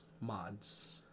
mods